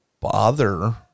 bother